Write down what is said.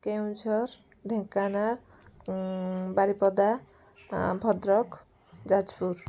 Keonjhar Dhenkanal Baripada Bhadrak Jajpur